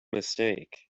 mistake